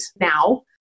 now